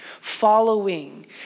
following